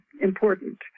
important